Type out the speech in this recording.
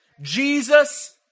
Jesus